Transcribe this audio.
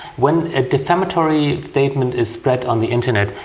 when a defamatory statement is spread on the internet,